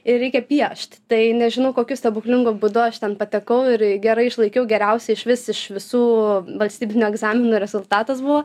ir reikia piešt tai nežinau kokiu stebuklingu būdu aš ten patekau ir gerai išlaikiau geriausiai išvis iš visų valstybinių egzaminų rezultatas buvo